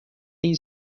این